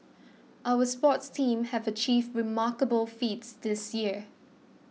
our sports teams have achieved remarkable feats this year